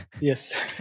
yes